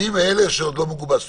אני מאלה שעוד לא מגובש סופית.